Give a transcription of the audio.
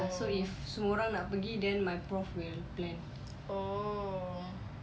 so if semua orang nak pergi then my prof will plan